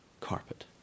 carpet